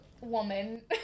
woman